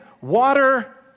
water